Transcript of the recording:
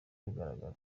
bigaragara